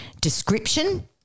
description